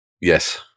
Yes